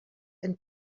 and